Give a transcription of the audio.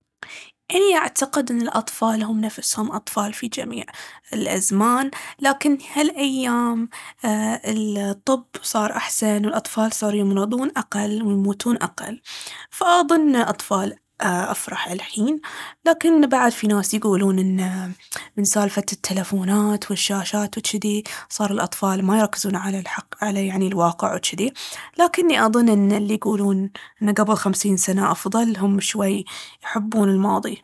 أني أعتقد ان الأطفال هم نفسهم أطفال في جميع الأزمان، لكن هالأيام الطب صار أحسن والأطفال صاروا يمرضون أقل، ويموتون أقل. فأضن ان الأطفال أفرح ألحين، لكن بعد في ناس يقولون عن سالفة التيلفونات والشاشات وجدي، صاروا الأطفال ما يركزون على الحق- على يعني الواقع وجدي. لكني أضن ان اللي يقولون ان قبل خمسين سنة أفضل هم شوي يحبون الماضي.